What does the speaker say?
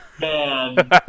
man